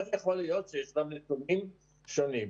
איך יכול להיות שישנם נתונים שונים?